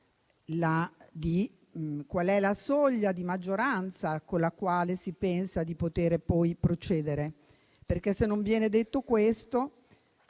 famosa soglia di maggioranza con la quale si pensa di potere poi procedere, perché se non viene detto questo